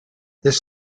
this